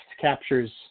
captures